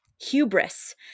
hubris